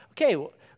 okay